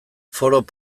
foroeus